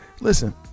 Listen